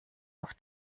auf